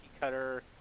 cutter